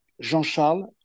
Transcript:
Jean-Charles